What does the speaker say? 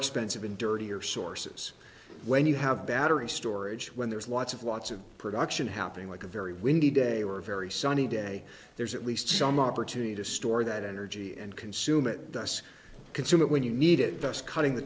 expensive and dirtier sources when you have battery storage when there's lots of lots of production happening like a very windy day were very sunny day there's at least some opportunity to store that energy and consume it thus consume it when you need it thus cutting the